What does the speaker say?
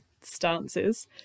stances